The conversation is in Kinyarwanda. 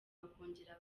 bakongera